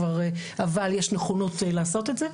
אבל יש נכונות לעשות את זה,